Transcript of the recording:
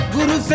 Guru